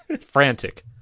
Frantic